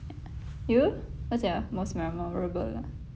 you what's your most memorable uh